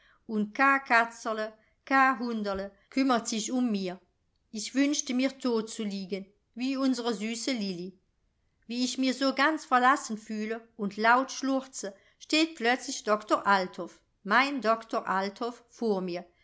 und ka katzerl ka hunderl kümmert sich um mir ich wünschte mir tot zu liegen wie unsre süße lilli wie ich mir so ganz verlassen fühle und laut schluchze steht plötzlich doktor althoff mein doktor althoff vor mir